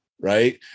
right